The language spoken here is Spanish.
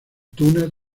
túnez